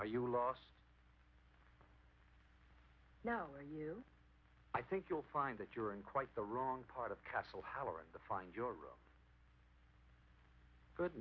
are you lost now are you i think you'll find that you're in quite the wrong part of castle howard the find your good